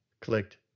clicked